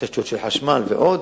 תשתיות של חשמל ועוד,